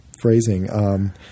phrasing